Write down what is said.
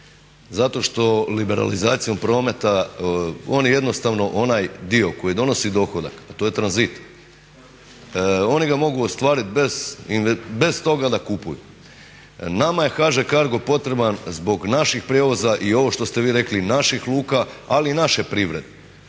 Zato što liberalizacijom prometa oni jednostavno onaj dio koji donosi dohodak a to je tranzit oni ga mogu ostvariti bez toga da kupuju. Nama je HŽ CARGO potreban zbog naših prijevoza i ovo što ste vi rekli naših luka ali i naše privrede.